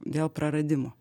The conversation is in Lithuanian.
dėl praradimo